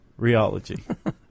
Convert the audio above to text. Rheology